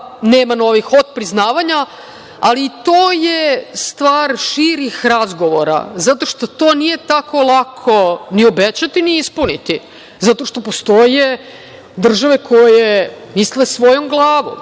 nema novih otpriznavanja, ali to je stvar širih razgovora, zato što to nije tako lako ni obećati ni ispuniti, zato što postoje države koje misle svojom glavom